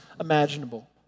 imaginable